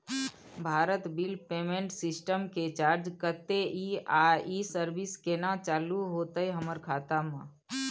Bharat bill payment system के charge कत्ते इ आ इ सर्विस केना चालू होतै हमर खाता म?